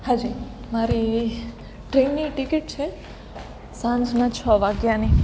હા જી મારી ટ્રેનની ટિકીટ છે સાંજના છ વાગ્યાની